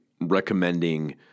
recommending